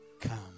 come